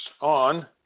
on